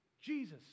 Jesus